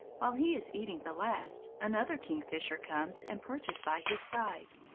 while he is eating the last, another kingfisher comes and perches by his side.